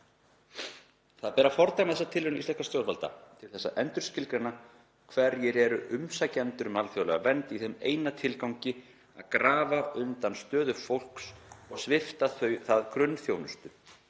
Það ber að fordæma þessa tilraun íslenskra stjórnvalda til þess að endurskilgreina hverjir eru umsækjendur um alþjóðlega vernd í þeim eina tilgangi að grafa undan stöðu fólks og svipta það grunnþjónustu.